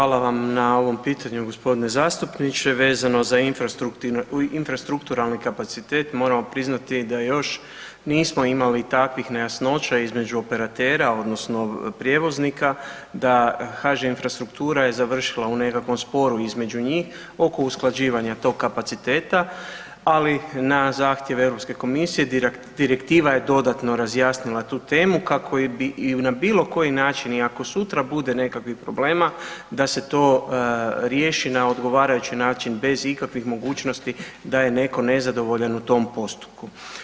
Hvala vam na ovom pitanju gospodine zastupniče, vezano za infrastrukturalni kapacitet moramo priznati da još nismo imali takvih nejasnoća između operatera odnosno prijevoznika da HŽ Infrastruktura je završila u nekakvom sporu između njih oko usklađivanja tog kapaciteta, ali na zahtjev Europske komisije direktiva je dodatno razjasnila tu temu kako i bi na bilo koji način iako sutra bude nekakvih problema da se to riješi na odgovarajući način bez ikakvih mogućnosti da je netko nezadovoljan u tom postupku.